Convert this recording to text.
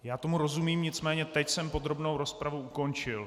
Já tomu rozumím, nicméně teď jsem podrobnou rozpravu ukončil.